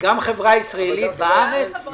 גם חברה ישראלית בארץ.